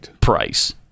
price